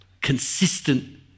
consistent